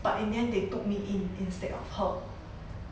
but in the end they took me in instead of her